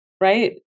right